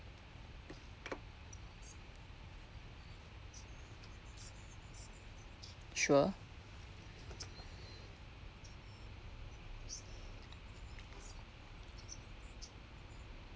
sure